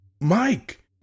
Mike